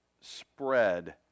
spread